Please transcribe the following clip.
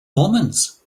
omens